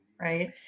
right